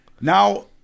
now